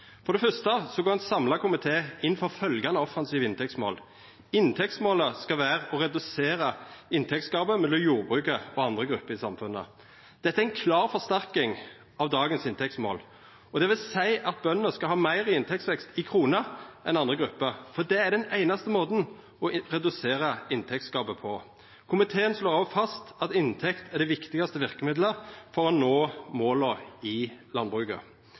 For det første går ein samla komité inn for følgjande offensive inntektsmål – at «inntektsmålet skal være å redusere inntektsgapet mellom jordbruket og andre grupper i samfunnet». Dette er ei klar forsterking av dagens inntektsmål, dvs. at bønder skal ha meir i inntektsvekst i kroner enn andre grupper, for det er den einaste måten å redusera inntektsgapet på. Komiteen slår òg fast at inntekt er det viktigaste verkemiddelet for å nå måla i landbruket.